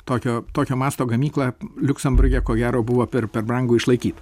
tokio tokio masto gamyklą liuksemburge ko gero buvo per per brangu išlaikyt